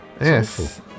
Yes